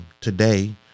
today